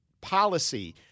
policy